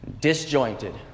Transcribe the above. disjointed